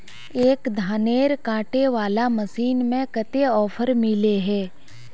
एक धानेर कांटे वाला मशीन में कते ऑफर मिले है?